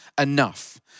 enough